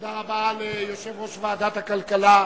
תודה רבה ליושב-ראש ועדת הכלכלה,